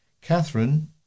Catherine